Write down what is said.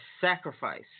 sacrifice